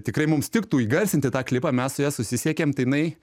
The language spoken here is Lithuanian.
tikrai mums tiktų įgarsinti tą klipą mes su jais susisiekėm tai jinai